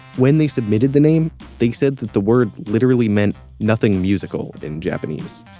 when they submitted the name they said the word litterslly meant nothing musical in japanese.